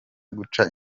guca